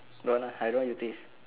don't want lah I know your taste